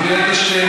אני רוצה לסיים,